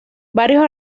varios